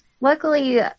luckily